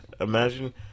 imagine